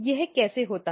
यह कैसे होता है